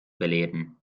belehren